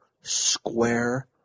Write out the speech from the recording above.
square